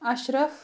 Ashraf